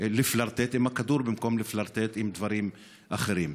לפלרטט עם הכדור במקום לפלרטט עם דברים אחרים?